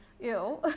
ew